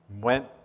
went